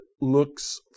looks